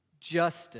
Justice